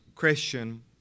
Christian